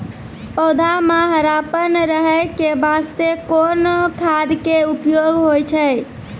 पौधा म हरापन रहै के बास्ते कोन खाद के उपयोग होय छै?